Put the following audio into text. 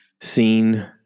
seen